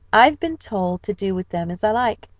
i have been told to do with them as i like,